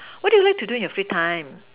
what do you like to do in your free time